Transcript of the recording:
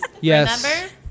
yes